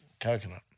coconut